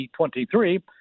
2023